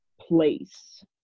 place